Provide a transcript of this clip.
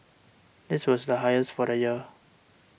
this was the highest for the year